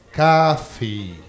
coffee